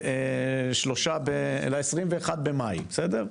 ל-21 במאי, בסדר?